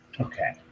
Okay